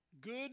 good